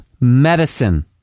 medicine